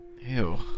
ew